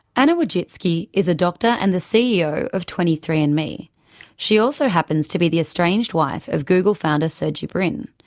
and wojcicki is a doctor and the ceo of twenty three andme. she also happens to be the estranged wife of google founder sergey brin.